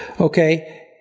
Okay